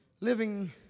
living